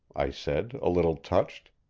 i said, a little touched.